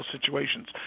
situations